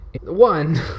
One